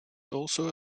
also